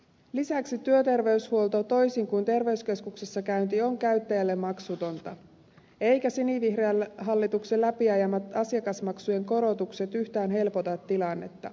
lisäksi työterveyshuolto toisin kuin terveyskeskuksessa käynti on käyttäjälle maksutonta eivätkä sinivihreän hallituksen läpiajamat asiakasmaksujen korotukset yhtään helpota tilannetta